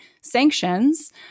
sanctions